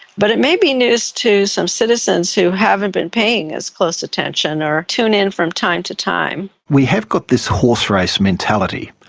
but it may be news to some citizens who haven't been paying as close attention or tune in from time to time. we have got this horserace mentality.